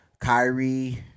Kyrie